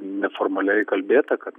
neformaliai kalbėta kad